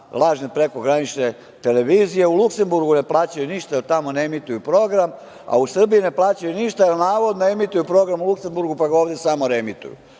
lažne prekogranične televizije, u Luksemburgu ne plaćaju ništa, jer tamo ne emituju program, a u Srbiji ne plaćaju ništa, jer navodno emituju program u Luksemburgu, pa ga ovde samo reemituju.